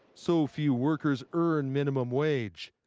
so few workers earn minimum wage.